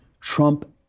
Trump